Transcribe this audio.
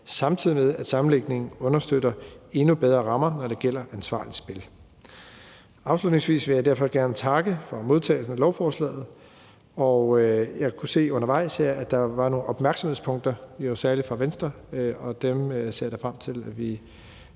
samtidig med at sammenlægningen understøtter endnu bedre rammer, når det gælder ansvarligt spil. Afslutningsvis vil jeg derfor gerne takke for modtagelsen af lovforslaget. Jeg kunne se undervejs, at der var nogle opmærksomhedspunkter, særlig for Venstre, og dem ser jeg da frem til at vi